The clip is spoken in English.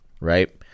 right